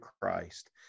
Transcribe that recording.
Christ